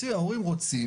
אני אומר לכם את זה.